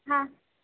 હા